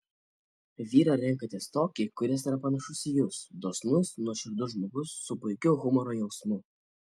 vyrą renkatės tokį kuris yra panašus į jus dosnus nuoširdus žmogus su puikiu humoro jausmu